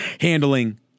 handling